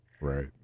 Right